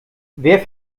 wer